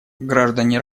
граждане